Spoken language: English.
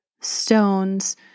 stones